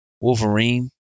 Wolverine